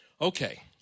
Okay